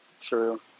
true